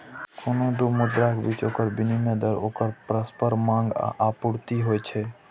कोनो दू मुद्राक बीच ओकर विनिमय दर ओकर परस्पर मांग आ आपूर्ति होइ छै